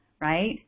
right